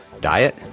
diet